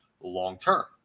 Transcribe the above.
long-term